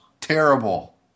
terrible